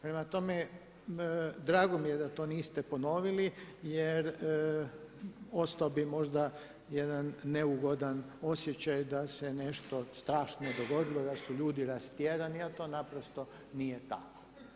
Prema tome, drago mi je da to niste ponovili, jer ostao bi možda jedan neugodan osjećaj da se nešto strašno dogodilo, da su ljudi rastjerani, a to naprosto nije tako.